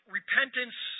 repentance